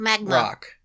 rock